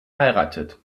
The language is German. heiratet